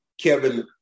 Kevin